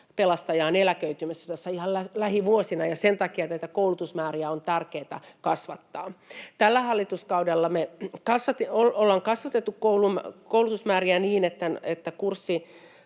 pelastajaa on eläköitymässä tässä ihan lähivuosina — ja sen takia näitä koulutusmääriä on tärkeätä kasvattaa. Tällä hallituskaudella me ollaan kasvatettu koulutusmääriä niin, että kurssikoko